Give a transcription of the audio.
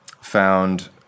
found